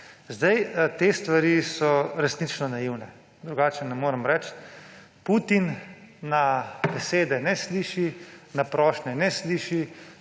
stvar. Te stvari so resnično naivne, drugače ne morem reči. Putin na besede ne sliši, na prošnje ne sliši,